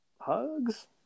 Hugs